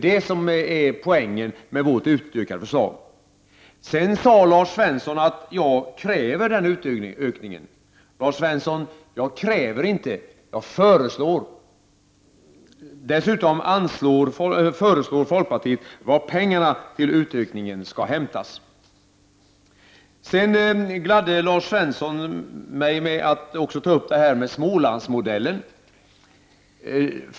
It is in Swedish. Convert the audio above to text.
Detta är poängen med vårt förslag. Lars Svensson sade vidare att jag kräver en sådan utökning. Lars Svensson, jag kräver inte, jag föreslår. Dessutom lägger folkpartiet fram förslag om varifrån pengarna till utökningen skall hämtas. Lars Svensson gladde mig med att även ta upp Smålandsmodellen.